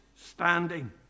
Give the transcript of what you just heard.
standing